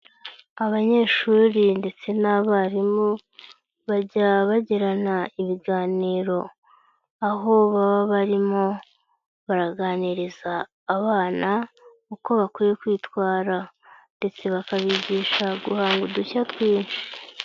Abanyeshuri ndetse n'abarimu, bajya bagirana ibiganiro. Aho baba barimo baraganiriza abana, uko bakwiye kwitwara ndetse bakabigisha guhanga udushya twinshi.